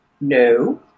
No